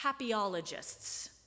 happyologists